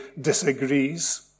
disagrees